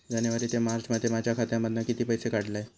जानेवारी ते मार्चमध्ये माझ्या खात्यामधना किती पैसे काढलय?